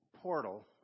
portal